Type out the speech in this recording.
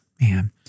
man